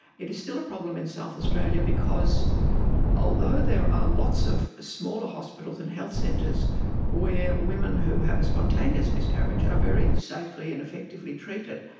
it's still a problem in south australia because although there are lots of smaller hospitals and health centres where women who have a spontaneous miscarriage are very safely and effectively treated,